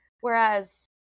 whereas